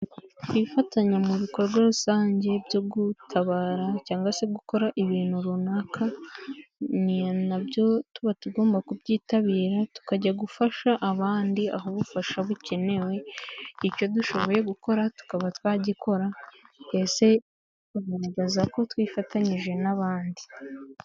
Kwifatanya mu bikorwa rusange byo gutabara cyangwa se gukora ibintu runaka nabyo tuba tugomba kubyitabira, tukajya gufasha abandi aho ubufasha bukenewe, icyo dushoboye gukora tukaba twagikora twese bigaragaza ko twifatanyije n'abandi.